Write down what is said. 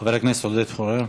חבר הכנסת עודד פורר,